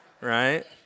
right